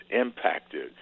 impacted